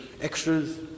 extras